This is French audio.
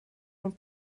ont